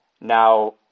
Now